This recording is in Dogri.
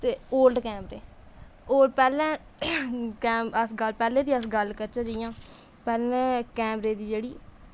ते ओल्ड कैमरे होर पैह्लें कैम अस गल्ल पैह्लें दी अस गल्ल करचै जियां पैह्लें कैमरे दी जेह्ड़ी